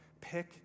Pick